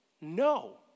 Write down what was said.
no